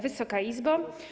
Wysoka Izbo!